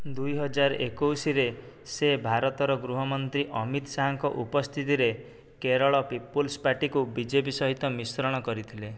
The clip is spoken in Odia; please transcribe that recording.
ଦୁଇ ହଜାର ଏକୋଇଶରେ ସେ ଭାରତର ଗୃହମନ୍ତ୍ରୀ ଅମିତ ଶାହାଙ୍କ ଉପସ୍ଥିତିରେ କେରଳ ପିପୁଲ୍ସ ପାର୍ଟିକୁ ବି ଜେ ପି ସହିତ ମିଶ୍ରଣ କରିଥିଲେ